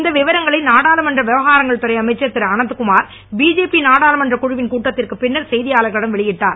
இந்த விவரங்களை நாடாளுமன்ற விவகாரங்கள் துறை அமைச்சர் திருஅனந்தகுமார் பிஜேபி நாடாளுமன்றக் குழவின் கூட்டத்திற்கு பின்னர் செய்தியாளர்களிடம் வெளியிட்டார்